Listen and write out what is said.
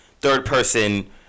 third-person